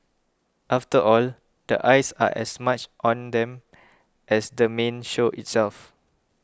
after all the eyes are as much on them as the main show itself